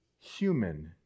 human